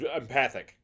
empathic